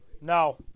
No